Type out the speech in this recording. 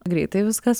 greitai viskas